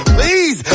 Please